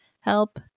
Help